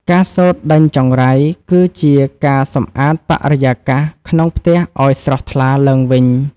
ការសូត្រដេញចង្រៃ គឺជាការសម្អាតបរិយាកាសក្នុងផ្ទះឱ្យស្រស់ថ្លាឡើងវិញ។